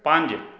ਪੰਜ